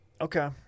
okay